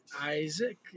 Isaac